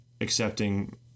accepting